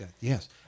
Yes